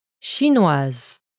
chinoise